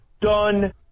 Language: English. done